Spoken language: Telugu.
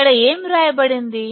ఇక్కడ ఏమి వ్రాయబడింది